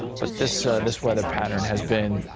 but this this weather pattern has been.